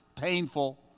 painful